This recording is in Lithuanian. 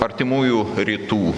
artimųjų rytų